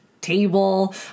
table